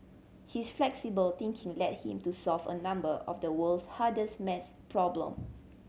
his flexible thinking led him to solve a number of the world's hardest maths problem